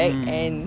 mm